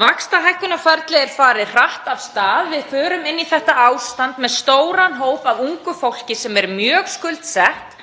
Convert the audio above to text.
Vaxtahækkunarferli er farið hratt af stað. Við förum inn í þetta ástand með stóran hóp af ungu fólki sem er mjög skuldsett